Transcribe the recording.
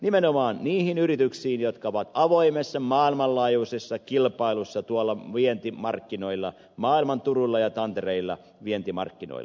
nimenomaan niihin yrityksiin jotka ovat avoimessa maailmanlaajuisessa kilpailussa tuolla vientimarkkinoilla maailman turuilla ja tantereilla vientimarkkinoilla